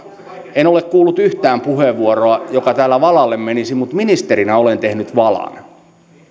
en ole kuullut yhtään puheenvuoroa joka täällä valalle menisi mutta ministerinä olen tehnyt valan